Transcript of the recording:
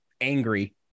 angry